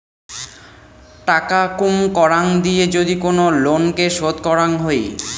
টাকা কুম করাং দিয়ে যদি কোন লোনকে শোধ করাং হই